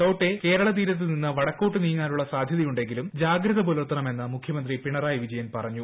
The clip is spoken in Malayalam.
ടൌട്ടേ കേരളത്രീരത്ത് നിന്ന് വടക്കോട്ട് നീങ്ങാനുള്ള സാധ്യതയുണ്ടെങ്കിലും പൂർണ്ഗത പുലർത്തണമെന്ന് മുഖ്യമന്ത്രി പിണറായി വിജയൻ പറഞ്ഞു